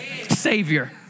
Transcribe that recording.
Savior